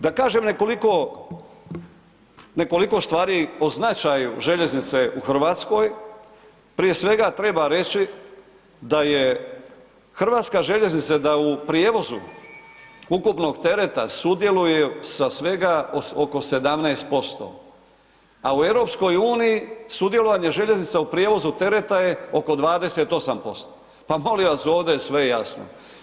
Da kažem nekoliko stvari o značaju željeznice u Hrvatskoj, prije svega treba reći da je HŽ u prijevozu ukupnog tereta sudjeluje sa svega oko 17%, a u EU sudjelovanje željeznica u prijevozu tereta je oko 28%. pa molim vas, ovdje je sve jasno.